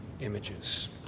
images